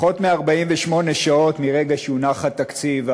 פחות מ-48 שעות מרגע שהונח התקציב,